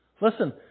Listen